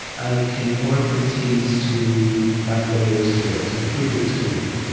i can work with teams to find better ways to do that, to improve the tooling.